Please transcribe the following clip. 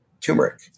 turmeric